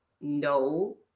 no